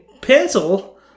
pencil